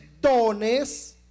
dones